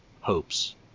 hopes